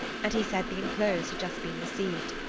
and he said the enclosed had just been received.